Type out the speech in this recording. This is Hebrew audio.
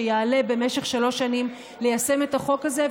מה שיעלה במשך שלוש שנים ליישם את החוק הזה,